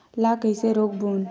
ला कइसे रोक बोन?